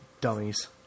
dummies